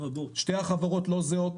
שתי החברות לא זהות,